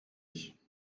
ich